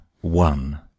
one